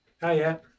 Hiya